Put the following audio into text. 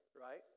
right